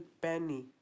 penny